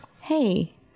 Hey